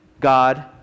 God